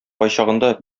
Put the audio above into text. кайчагында